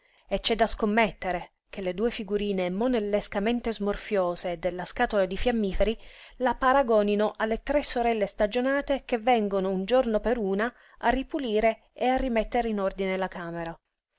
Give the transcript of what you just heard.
e c'è da scommettere che le due figurine monellescamente smorfiose della scatola di fiammiferi la paragonino alle tre sorelle stagionate che vengono un giorno per una a ripulire e a rimettere in ordine la camera